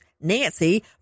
nancy